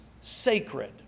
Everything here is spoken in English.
sacred